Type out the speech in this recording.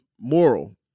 moral